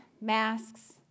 masks